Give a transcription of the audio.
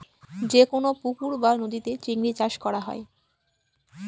যেকোনো পুকুর বা নদীতে চিংড়ি চাষ করা হয়